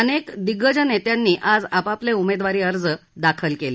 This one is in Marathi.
अनेक दिग्गज नेत्यांनी आज आपापले उमेदवारी अर्ज दाखल केले